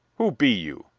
who be you?